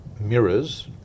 mirrors